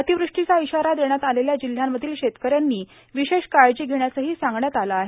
अतिवृष्टीचा इशारा देण्यात आलेल्या जिल्ह्यांमधील शेतकऱ्यांनी विशेष काळजी घेण्यासही सांगण्यात आलं आहे